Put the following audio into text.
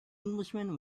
englishman